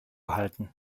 halten